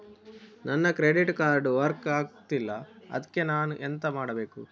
ನನ್ನ credit card work ಆಗ್ತಿಲ್ಲ ಅದ್ಕೆ ನಾನು ಎಂತ ಮಾಡಬೇಕು?